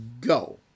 go